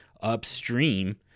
upstream